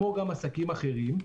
כמו גם עסקים אחרים,